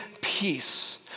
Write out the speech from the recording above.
peace